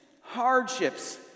hardships